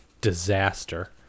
disaster